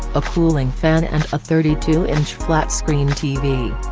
a cooling fan and a thirty two inch flatscreen tv.